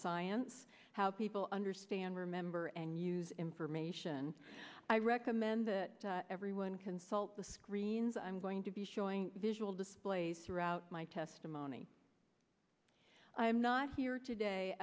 science how people understand remember and use information i recommend everyone consult the screens i'm going to be showing visual displays throughout my testimony i'm not here today